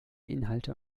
inhalte